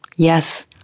Yes